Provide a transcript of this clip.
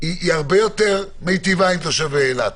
-- היא הרבה יותר מיטיבה עם תושבי אילת.